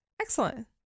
Excellent